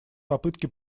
попытке